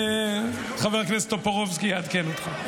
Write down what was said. חבר הכנסת טופורובסקי יעדכן אותך.